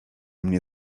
mnie